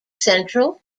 central